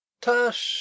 Tush